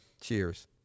Cheers